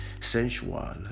sensual